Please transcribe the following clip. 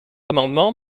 amendement